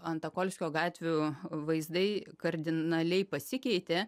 antokolskio gatvių vaizdai kardinaliai pasikeitė